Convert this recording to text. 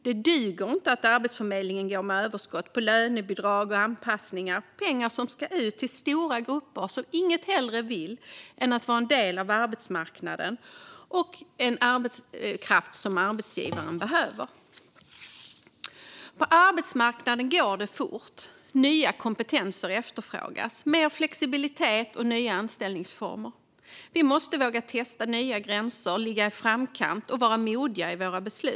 Det duger inte att Arbetsförmedlingen går med överskott på lönebidrag och anpassningar, utan pengarna ska ut till de stora grupper som inget hellre vill än att vara en del av arbetsmarknaden och som arbetsgivarna behöver. På arbetsmarknaden går det fort, och nya kompetenser efterfrågas liksom mer flexibilitet och nya anställningsformer. Vi måste våga testa gränser, ligga i framkant och vara modiga i våra beslut.